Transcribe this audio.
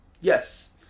Yes